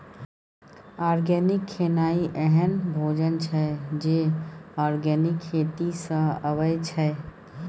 organic खेनाइ एहन भोजन छै जे आर्गेनिक खेती सँ अबै छै